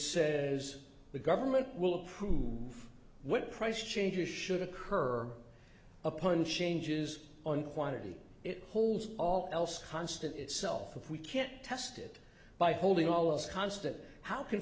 says the government will approve what price changes should occur upon changes on quantity it holds all else constant itself we can't test it by holding all is constant how can